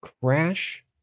crash